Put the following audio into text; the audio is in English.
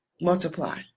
multiply